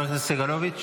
חבר הכנסת סגלוביץ',